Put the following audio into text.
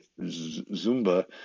Zumba